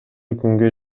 күнгө